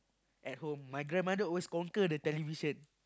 at home my grandmother always conquer the television